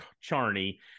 Charney